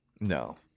No